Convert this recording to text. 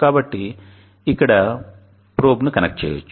కాబట్టి ఇక్కడ ప్రోబ్ ను కనెక్ట్ చేయవచ్చు